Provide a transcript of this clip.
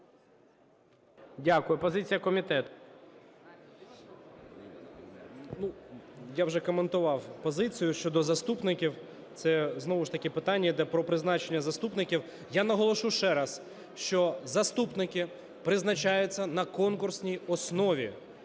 Я вже коментував позицію щодо заступників. Це знову ж таки питання іде про призначення заступників. Я наголошую ще раз, що заступники призначаються на конкурсній основі.